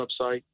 website